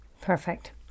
perfect